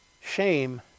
Shame